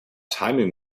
timing